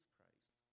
Christ